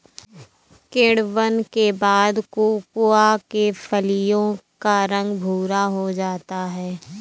किण्वन के बाद कोकोआ के फलियों का रंग भुरा हो जाता है